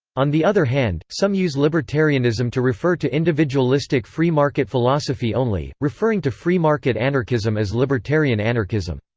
on the other hand, some use libertarianism to refer to individualistic free market philosophy only, referring to free market anarchism as libertarian anarchism.